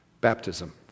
Baptism